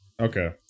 Okay